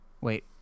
wait